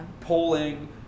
polling